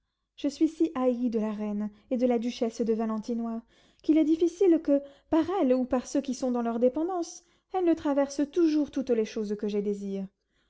je suis si haïe de la reine et de la duchesse de valentinois qu'il est difficile que par elles ou par ceux qui sont dans leur dépendance elles ne traversent toujours toutes les choses que je désire